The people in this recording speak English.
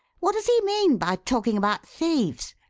what does he mean by talking about thieves?